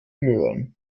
möhren